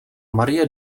marie